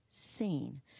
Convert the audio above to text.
seen